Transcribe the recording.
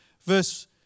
verse